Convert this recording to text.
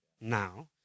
now